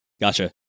Gotcha